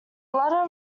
latter